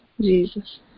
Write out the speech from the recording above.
Jesus